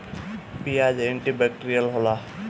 पियाज anti bacterial होला